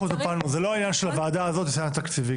זה לא עניין של הוועדה הזאת הסעיף התקציבי,